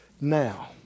now